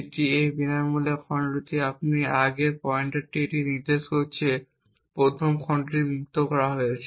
যেটি এই বিনামূল্যের খণ্ডটি আমরা আগের পয়েন্টারটি এটিকে নির্দেশ করছে প্রথম খণ্ডটি মুক্ত করা হয়েছে